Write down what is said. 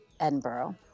edinburgh